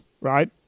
right